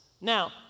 Now